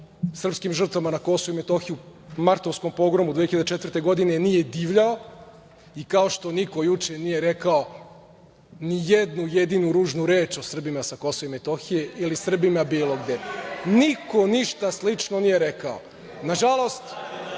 srpskim žrtvama na Kosovu i Metohiji u martovskom pogromu 2004. godine nije divljao i kao što niko juče nije rekao ni jednu jedinu ružnu reč o Srbima sa Kosova i Metohije ili Srbima bilo gde. Niko ništa slično nije rekao. Nažalost,